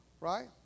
Right